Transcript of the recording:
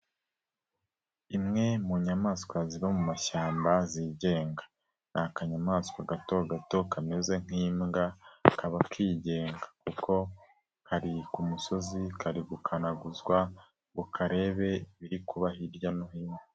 Imwe mu nyamaswa ziba mu mashyamba zigenga. Ni akanyamaswa gatogato kameze nk'imbwa kakaba kigenga kuko, kari ku musozi kari gukanaguzwa ngo karebe ibiri kuba hirya no hino.